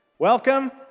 Welcome